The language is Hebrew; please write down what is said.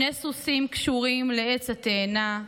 / שני סוסים קשורים לעץ התאנה,